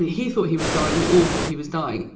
he thought he was dying. we all thought he was dying.